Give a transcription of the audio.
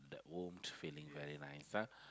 the warmth feeling very nice